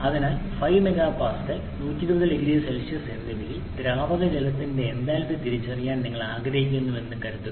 അതിനാൽ 5 MPa 120 0C എന്നിവയിൽ ദ്രാവക ജലത്തിന്റെ എന്തൽപി തിരിച്ചറിയാൻ നിങ്ങൾ ആഗ്രഹിക്കുന്നുവെന്ന് കരുതുക